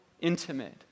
intimate